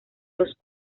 los